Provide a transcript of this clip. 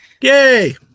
Yay